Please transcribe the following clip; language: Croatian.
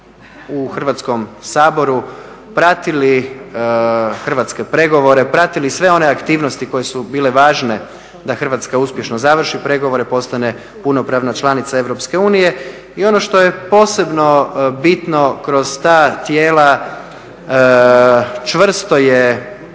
u Hrvatskom saboru pratili hrvatske pregovore, pratili sve one aktivnosti koje su bile važne da Hrvatska uspješno završi pregovore i postane punopravna članica EU i ono što je posebno bitno kroz ta tijela čvrsto je